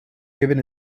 given